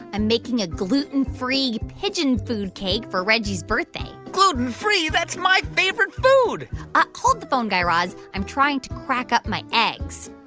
i'm making a gluten-free pigeon food cake for reggie's birthday gluten-free? that's my favorite food ah hold the phone, guy raz. i'm trying to crack up my eggs.